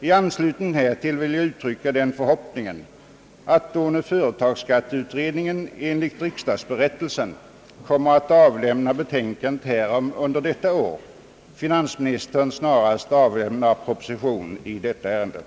I anslutning härtill vill jag uttrycka den förhoppningen, att då nu företagsskatteutredningen enligt riksdagsberättelsen kommer att avlämna betänkande härom under detta år finansministern snarast avlämnar proposition i ärendet.